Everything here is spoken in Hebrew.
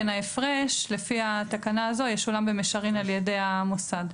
ההפרש לפי התקנה הזו ישולם במישרין על ידי המוסד.